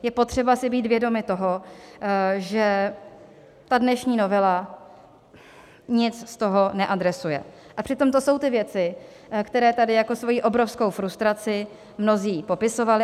Je potřeba si být vědomi toho, že dnešní novela nic z toho neadresuje, a přitom to jsou ty věci, které tady jako svoji obrovskou frustraci mnozí popisovali.